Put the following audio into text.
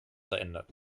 verändert